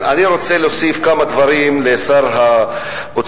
אני רוצה להוסיף כמה דברים לשר האוצר.